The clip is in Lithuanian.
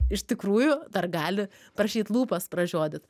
iš tikrųjų dar gali prašyt lūpas pražiodyt